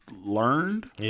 learned